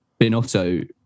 Binotto